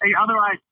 otherwise